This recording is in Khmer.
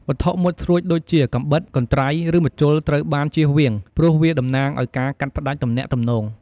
វត្ថុមុតស្រួចដូចជាកាំបិត កន្ត្រៃ ឬម្ជុលត្រូវបានជៀសវាង ព្រោះវាតំណាងឱ្យការកាត់ផ្តាច់ទំនាក់ទំនង។